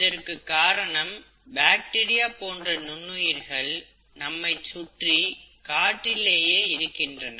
இதற்கு காரணம் பாக்டீரியா போன்ற நுண்ணுயிர்கள் நம்மைச் சுற்றி காற்றிலேயே இருக்கின்றன